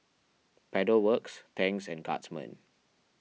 Pedal Works Tangs and Guardsman